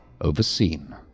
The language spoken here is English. overseen